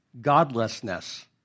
godlessness